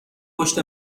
پشت